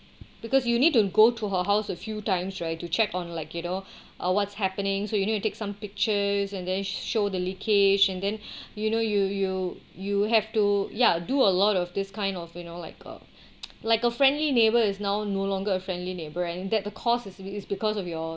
because you need to go to her house a few times right to check on like you know uh what's happening so you need to take some pictures and then show the leakage and then you know you you you have to ya do a lot of this kind of you know like a like a friendly neighbour is now no longer a friendly neighbour and that the cost is is because of your